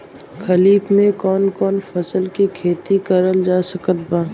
खरीफ मे कौन कौन फसल के खेती करल जा सकत बा?